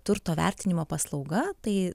turto vertinimo paslauga tai